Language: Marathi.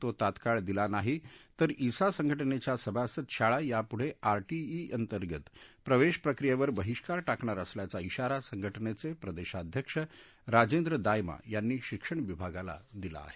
तो तत्काळ दिला नाही तर ईसा संघटनेच्या सभासद शाळा यापूढे आरटीई अंतर्गत प्रवेश प्रक्रियेवर बहिष्कार टाकणार असल्याचा श्राारा संघटनेचे प्रदेशाध्यक्ष राजेंद्र दायमा यांनी शिक्षण विभागाला दिला आहे